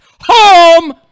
home